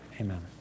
Amen